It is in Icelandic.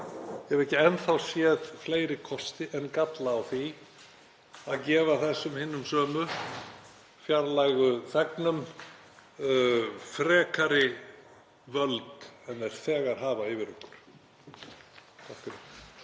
hef ekki enn þá séð fleiri kosti en galla á því að gefa þessum hinum sömu fjarlægu þegnum frekari völd en þeir þegar hafa yfir okkur. SPEECH_END